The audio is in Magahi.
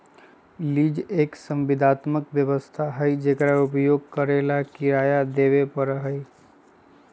लीज एक संविदात्मक व्यवस्था हई जेकरा उपयोग करे ला किराया देवे पड़ा हई